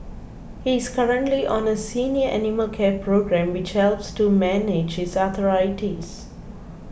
he is currently on a senior animal care programme which helps to manage his arthritis